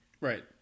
right